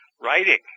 writing